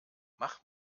mach